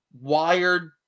wired